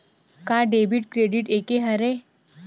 का debit credit एके हरय?